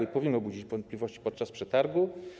I powinno budzić wątpliwości podczas przetargu.